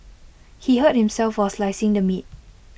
he hurt himself while slicing the meat